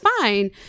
fine